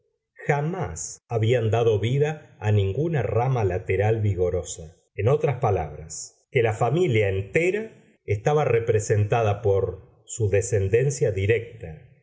jamás habían dado vida a ninguna rama lateral vigorosa en otras palabras que la familia entera estaba representada por su descendencia directa